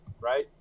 right